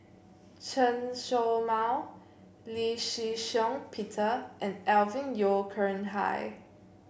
Chen Show Mao Lee Shih Shiong Peter and Alvin Yeo Khirn Hai